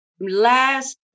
last